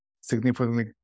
significantly